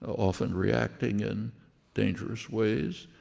often reacting in dangerous ways.